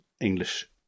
English